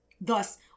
Thus